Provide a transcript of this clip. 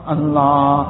Allah